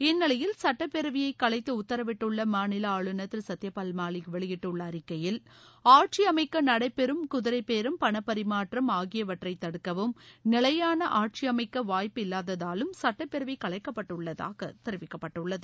இந்நிலையில் சட்டப்பேரவையை கலைத்து உத்தரவிட்டுள்ள மாநில ஆளுநர் திரு சத்யபால் மாலிக் வெளியிட்டுள்ள அறிக்கையில் ஆட்சி அமைக்க நடைபெறும் குதிரை பேரம் பணப்பரிமாற்றம் ஆகியவற்றை தடுக்கவும் நிலையாள ஆட்சி அமைக்க வாய்ப்பு இல்லாததாலும் சுட்டப்பேரவை கலைக்கப்பட்டுள்ளதாக தெரிவிக்கப்பட்டுள்ளது